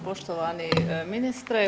Poštovani ministre.